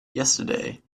yesterday